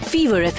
Fever